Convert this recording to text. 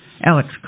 Alex